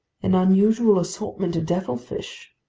an unusual assortment of devilfish,